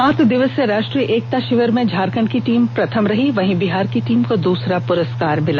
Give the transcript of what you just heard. सात दिवसीय राष्ट्रीय एकता षिविर में झारखंड की टीम प्रथम रही वहीं बिहार की टीम को दूसरा पुरस्कार मिला